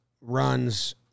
runs